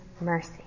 mercy